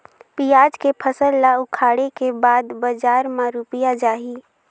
पियाज के फसल ला उखाड़े के बाद बजार मा रुपिया जाही?